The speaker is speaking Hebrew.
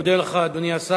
אני מודה לך, אדוני השר.